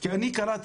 הסכם "גג שכר",